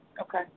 Okay